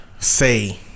Say